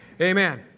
Amen